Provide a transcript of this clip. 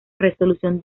resolución